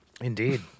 Indeed